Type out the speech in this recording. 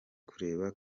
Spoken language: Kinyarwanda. kureba